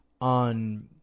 on